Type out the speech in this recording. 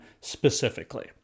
specifically